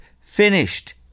finished